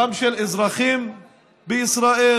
גם של אזרחים בישראל,